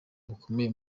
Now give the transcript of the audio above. bukomeye